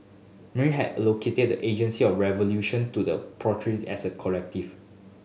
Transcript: Marx had allocated the agency of revolution to the proletariat as a collective